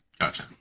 Gotcha